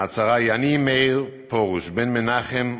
ההצהרה: אני מאיר פרוש בן מנחם וברכה,